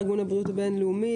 ארגון הבריאות הבינלאומי,